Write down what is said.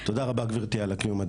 תודה רבה גבירתי על קיום הדיון.